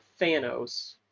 Thanos